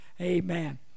Amen